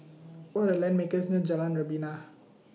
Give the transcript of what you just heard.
What Are The Land makerbs near Jalan Rebana